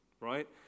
right